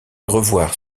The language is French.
revoir